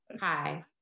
Hi